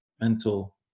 mental